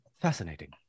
Fascinating